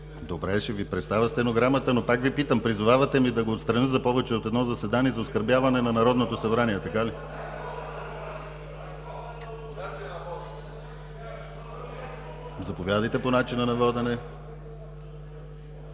Добре, ще Ви представя стенограмата, но пак Ви питам: призовавате ме да го отстраня за повече от едно заседание за оскърбяване на Народното събрание, така ли? (Шум и реплики от